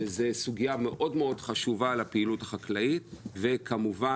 וזוהי סוגייה מאוד חשובה לפעילות החקלאית; וכמובן